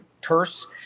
terse